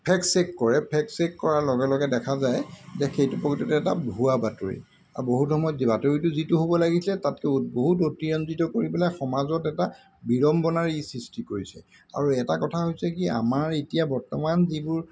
fake check কৰে fake check কৰাৰ লগে লগে দেখা যায় যে সেইটো প্ৰকৃততে এটা ভুৱা বাতৰি আৰু বহুত সময়ত বাতৰিটো যিটো হ'ব লাগিছিলে তাতকৈ বহুত অতিৰাঞ্জিত কৰি পেলাই সমাজত এটা বিড়ম্বনাৰ ই সৃষ্টি কৰিছে আৰু এটা কথা হৈছে কি আমাৰ এতিয়া বৰ্তমান যিবোৰ